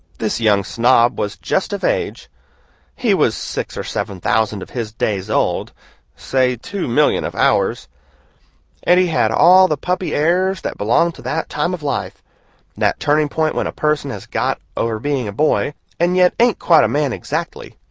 this young snob was just of age he was six or seven thousand of his days old say two million of our years and he had all the puppy airs that belong to that time of life that turning point when a person has got over being a boy and yet ain't quite a man exactly.